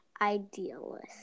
idealist